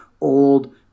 old